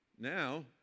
Now